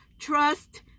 Trust